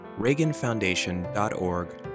reaganfoundation.org